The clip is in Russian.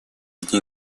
дней